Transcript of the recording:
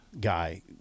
guy